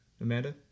Amanda